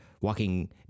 walking